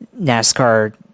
NASCAR